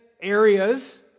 areas